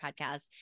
podcast